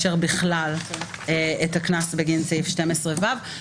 בכלל את הקנס בגין סעיף 12(ו).